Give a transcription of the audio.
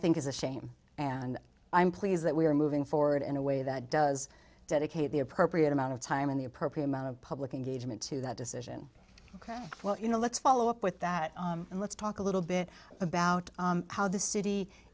think is a shame and i'm pleased that we are moving forward in a way that does dedicate the appropriate amount of time in the appropriate amount of public engagement to that decision ok well you know let's follow up with that and let's talk a little bit about how the city